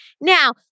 Now